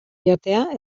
jatea